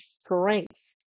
strength